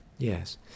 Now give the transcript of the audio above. Yes